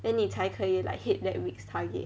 then 你才可以 like hit that week's target